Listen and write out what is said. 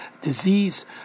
disease